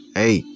hey